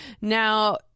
Now